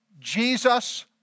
Jesus